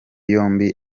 yombi